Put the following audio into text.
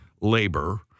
labor